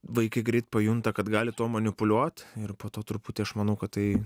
vaikai greit pajunta kad gali tuo manipuliuot ir po to truputį aš manau kad tai